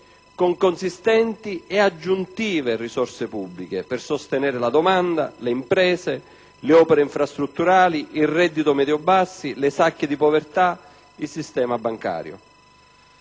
con consistenti e aggiuntive risorse pubbliche per sostenere la domanda, le imprese, le opere infrastrutturali, i redditi medio-bassi, le sacche di povertà e il sistema bancario.